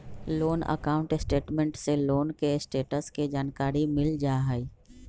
loan account statement से loan के status के जानकारी मिल जाइ हइ